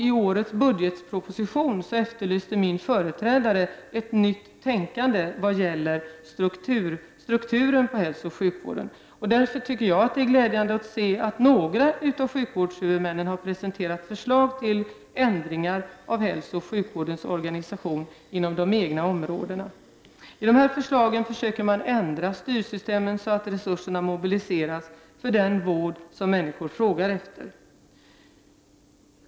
I årets budgetproposition efterlyste min företrädare ett nytt tänkande vad gäller hälsooch sjukvårdens struktur. Därför tycker jag att det är glädjande att se att några av sjukvårdshuvudmännen har presenterat förslag till ändringar av hälsooch sjukvårdens organisation inom de egna områdena. I de här förslagen försöker man ändra styrsystemen så att resurser mobiliseras för den vård som människor frågar efter.